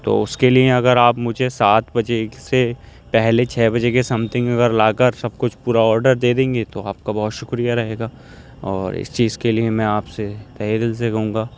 تو اس کے لیے اگر آپ مجھے سات بجے سے پہلے چھ بجے کے سم تھنگ اگر لا کر سب کچھ پورا آڈر دے دیں گے تو آپ کا بہت شکریہ رہے گا اور اس چیز کے لیے میں آپ سے تہہ دل سے کہوں گا